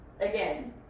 Again